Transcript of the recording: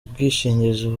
bwishingizi